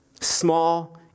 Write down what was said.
Small